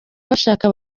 bashaka